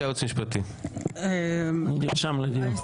יש שם הרבה על מה להתייעץ.